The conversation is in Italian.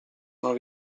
non